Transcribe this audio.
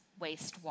wastewater